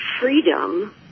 freedom